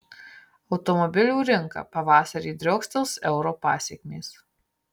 automobilių rinka pavasarį driokstels euro pasekmės